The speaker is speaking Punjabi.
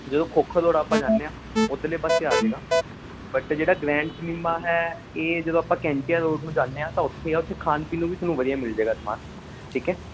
ਜਦੋਂ ਖੋਖਰ ਰੋਡ ਆਪਾਂ ਜਾਂਦੇ ਹਾਂ ਉੱਧਰਲੇ ਪਾਸੇ ਆ ਜਾਵੇਗਾ ਬਟ ਜਿਹੜਾ ਗ੍ਰੈਂਡ ਸਿਨੇਮਾ ਹੈ ਇਹ ਜਦੋਂ ਆਪਾਂ ਕੈਂਚੀਆਂ ਰੋਡ ਨੂੰ ਜਾਂਦੇ ਹਾਂ ਤਾਂ ਉੱਥੇ ਆ ਉੱਥੇ ਖਾਣ ਪੀਣ ਨੂੰ ਵੀ ਤੁਹਾਨੂੰ ਵਧੀਆ ਮਿਲ ਜਾਵੇਗਾ ਸਮਾਨ ਠੀਕ ਹੈ